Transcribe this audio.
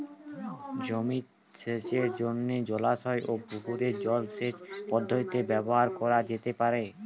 জমিতে সেচের জন্য জলাশয় ও পুকুরের জল সেচ পদ্ধতি ব্যবহার করা যেতে পারে?